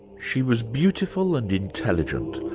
she was beautiful and intelligent,